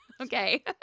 Okay